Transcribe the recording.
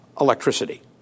electricity